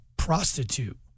prostitute